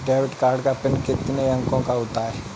Debit card का PIN कितने अंकों का होता है?